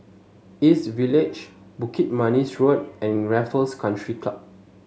East Village Bukit Manis Road and Raffles Country Club